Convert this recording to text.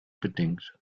bedingt